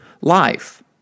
life